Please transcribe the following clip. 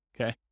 okay